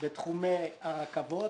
בתחומי הרכבות,